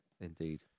Indeed